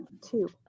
two